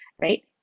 right